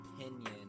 opinion